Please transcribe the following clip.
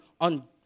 on